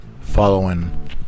following